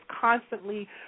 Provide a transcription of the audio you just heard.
constantly